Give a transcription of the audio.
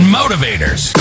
motivators